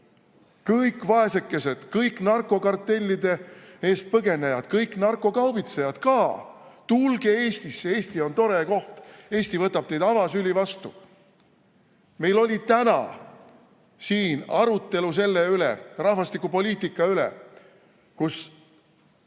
kõik vaesekesed, kõik narkokartellide eest põgenejad, kõik narkokaubitsejad ka, tulge Eestisse! Eesti on tore koht, Eesti võtab teid avasüli vastu. Meil oli täna siin arutelu rahvastikupoliitika üle.